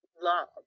love